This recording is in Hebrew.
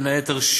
בין היתר,